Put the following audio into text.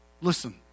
Listen